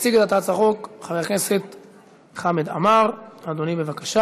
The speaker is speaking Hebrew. הצעת החוק התקבלה בקריאה